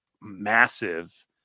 massive